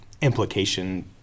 implication